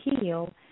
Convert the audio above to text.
heal